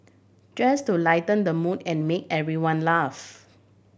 just to lighten the mood and make everyone laugh